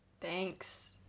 Thanks